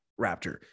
Raptor